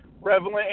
relevant